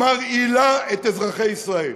מרעילה את אזרחי ישראל.